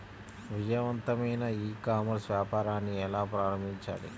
విజయవంతమైన e commerce వ్యాపారాన్ని ఎలా ప్రారంభించాలి?